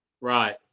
Right